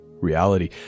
reality